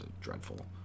dreadful